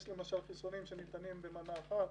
יש למשל חיסונים שניתנים במנה אחת,